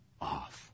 off